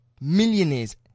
millionaires